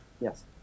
Yes